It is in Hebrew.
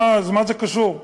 מה זה קשור?